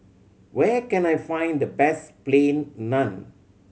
where can I find the best Plain Naan